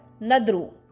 Nadru